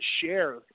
share